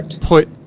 put